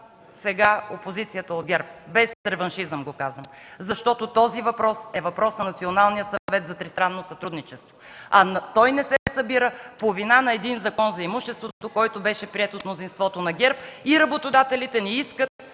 на опозицията от ГЕРБ, казвам го без реваншизъм. Това е въпрос на Националния съвет за тристранно сътрудничество. А той не се събира по вина на един Закон за имуществото, който беше приет от мнозинството на ГЕРБ и работодателите не искат